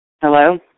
Hello